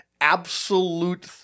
absolute